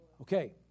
Okay